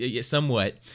somewhat